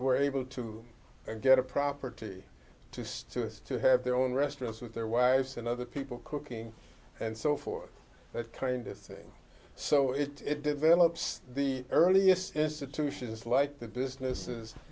were able to get a property just to have their own restaurants with their wives and other people cooking and so forth that kind of thing so it it develops the earliest institutions like the businesses